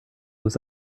was